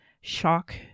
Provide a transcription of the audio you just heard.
shock